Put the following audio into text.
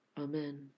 Amen